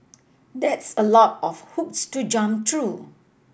that's a lot of hoops to jump through